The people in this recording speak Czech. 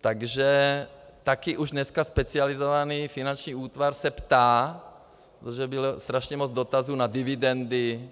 Takže taky už dneska specializovaný finanční útvar se ptá, protože bylo strašně moc dotazů na dividendy,